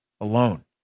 alone